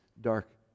dark